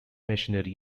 machinery